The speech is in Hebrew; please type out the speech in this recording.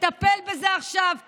תטפל בזה עכשיו.